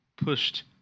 pushed